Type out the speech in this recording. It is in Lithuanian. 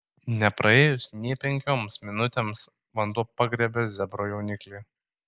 nepraėjus nė penkioms minutėms vanduo pagriebė zebro jauniklį